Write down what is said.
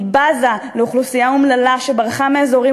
היא בזה לאוכלוסייה אומללה שברחה מאזורים